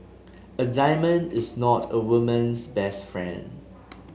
a diamond is not a woman's best friend